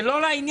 זה לא לעניין.